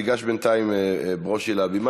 תיגש בינתיים לבימה,